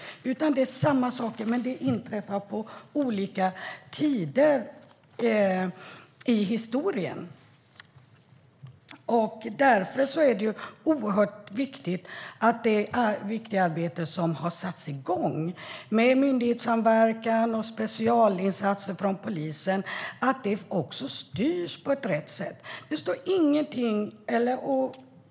Det är samma sak, men det inträffar vid olika tider i historien. Det viktiga arbete som har satts igång, med myndighetssamverkan och specialinsatser från polisen, måste styras på rätt sätt.